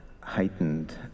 heightened